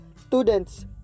students